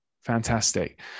Fantastic